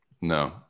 No